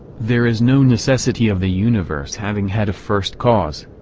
there is no necessity of the universe having had a first cause.